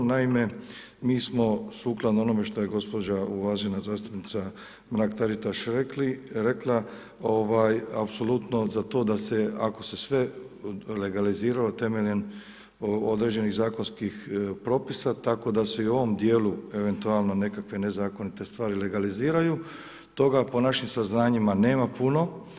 Naime, mi smo sukladno onome što je gospođa uvažena zastupnica Mrak Taritaš rekla, apsolutno za to da se ako se sve legaliziralo temeljem određenih zakonskih propisa tako da se i u ovome dijelu eventualno nekakve nezakonite stvari legaliziraju toga po našim saznanjima nema puno.